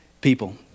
people